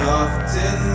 often